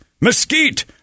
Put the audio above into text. Mesquite